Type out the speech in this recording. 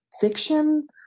fiction